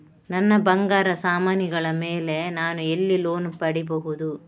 ನನ್ನ ಬಂಗಾರ ಸಾಮಾನಿಗಳ ಮೇಲೆ ನಾನು ಎಲ್ಲಿ ಲೋನ್ ಪಡಿಬಹುದು?